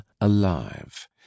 alive